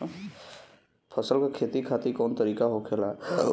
फसल का खेती खातिर कवन तरीका होखेला?